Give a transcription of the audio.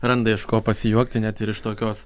randa iš ko pasijuokti net ir iš tokios